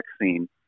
vaccine